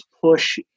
push